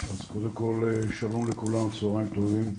קודם כל שלום לכולם, צוהריים טובים,